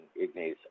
Ignace